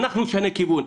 אנחנו נשנה כיוון.